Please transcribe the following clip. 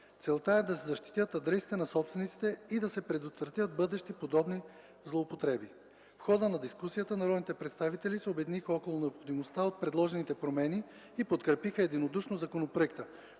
Целта е да се защитят интересите на собствениците и да се предотвратят бъдещи подобни злоупотреби. В хода на дискусията народните представители се обединиха около необходимостта от предложените промени и подкрепиха единодушно законопроекта,